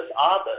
others